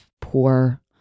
poor